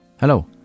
Hello